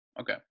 Okay